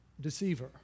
deceiver